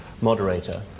moderator